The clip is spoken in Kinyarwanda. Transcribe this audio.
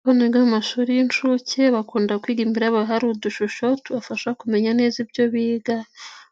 Abanaga mu mashuri y'incuke bakunda kwiga imbere yabo hari udushusho tubafasha kumenya neza ibyo biga.